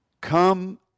come